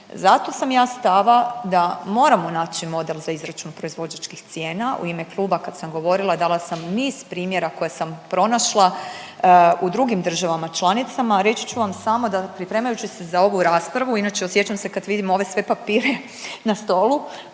Zato sam ja stava da moramo naći model za izračun proizvođačkih cijena u ime kluba kad sam govorila dala sam niz primjera koje sam pronašla u drugim državama članicama. Reći ću vam samo da pripremajući se za ovu raspravu, inače osjećam se kad vidim sve ove papire na stolu